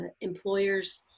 employers